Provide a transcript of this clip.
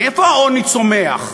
ממה העוני צומח?